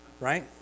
Right